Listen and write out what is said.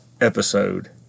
episode